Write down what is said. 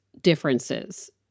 differences